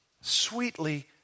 Sweetly